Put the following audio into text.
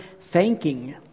thanking